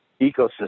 ecosystem